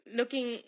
Looking